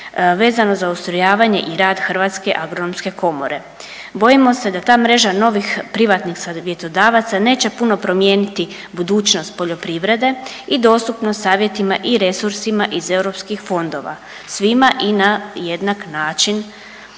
vezano za ustrojavanje i rad Hrvatske agronomske komore. Bojimo se da ta mreža novih, privatnih savjetodavaca neće puno promijeniti budućnost poljoprivrede i dostupnost savjetima i resursima iz europskih fondova svima i na jednak način